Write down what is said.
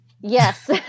Yes